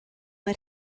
mae